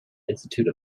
institute